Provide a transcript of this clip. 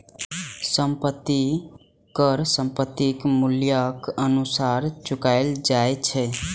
संपत्ति कर संपत्तिक मूल्यक अनुसार चुकाएल जाए छै